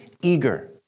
eager